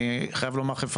אני חייב לומר לכם,